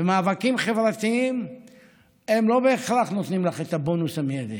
ומאבקים חברתיים לא בהכרח נותנים לך את הבונוס המיידי,